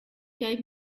gave